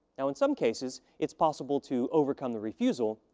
now, in some cases it's possible to overcome the refusal,